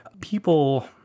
people